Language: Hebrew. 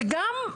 וגם,